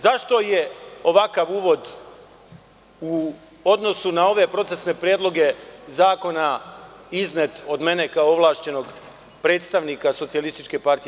Zašto je ovakav uvod u odnosu na ove procesne predloge zakona iznet od mene kao ovlašćenog predstavnika SPS?